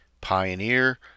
pioneer